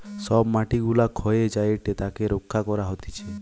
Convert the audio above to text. সব মাটি গুলা ক্ষয়ে যায়েটে তাকে রক্ষা করা হতিছে